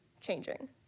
changing